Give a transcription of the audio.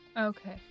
Okay